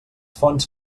fonts